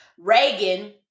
Reagan